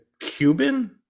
cuban